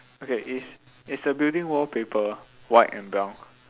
okay is is the building wallpaper white and brown